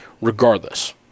regardless